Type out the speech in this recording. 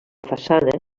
façana